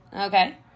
Okay